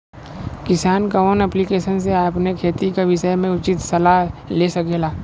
किसान कवन ऐप्लिकेशन से अपने खेती के विषय मे उचित सलाह ले सकेला?